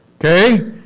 okay